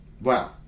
Wow